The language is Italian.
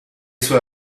sue